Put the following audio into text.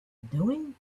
doing